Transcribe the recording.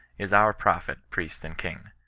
is our prophet, priest, and king.